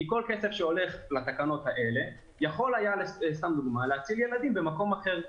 כי כל כסף שהולך לתקנות האלה יכול היה להציל ילדים במקום אחר.